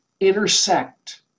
intersect